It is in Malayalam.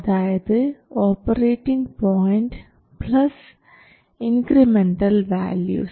അതായത് operating point plus incremental values